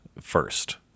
first